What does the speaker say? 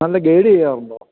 അല്ല ഗൈഡ് ചെയ്യാറുണ്ടോ